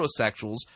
heterosexuals